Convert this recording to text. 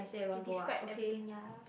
you describe everything ya